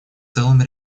целым